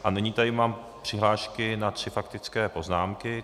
A nyní tady mám přihlášky na tři faktické poznámky.